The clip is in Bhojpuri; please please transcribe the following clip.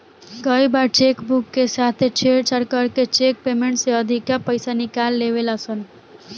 कई बार चेक बुक के साथे छेड़छाड़ करके चेक पेमेंट से अधिका पईसा निकाल लेवे ला सन